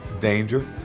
danger